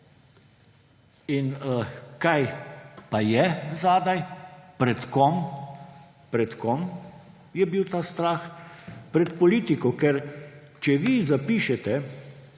In kaj pa je zadaj, pred kom je bil ta strah? Pred politiko. Ker če vi zapišete,